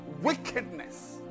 wickedness